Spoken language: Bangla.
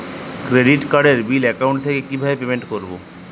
ক্রেডিট কার্ডের বিল অ্যাকাউন্ট থেকে কিভাবে পেমেন্ট করবো?